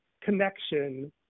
connection